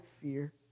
fear